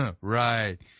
Right